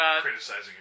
Criticizing